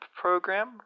program